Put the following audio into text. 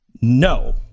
no